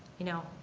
you know,